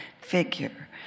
figure